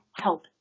help